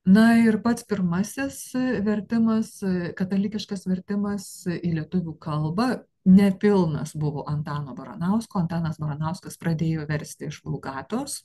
na ir pats pirmasis vertimas katalikiškas vertimas į lietuvių kalbą nepilnas buvo antano baranausko antanas baranauskas pradėjo versti iš vulgatos